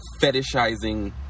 fetishizing